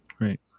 Right